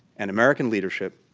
and american leadership,